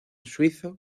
suizo